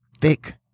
thick